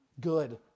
good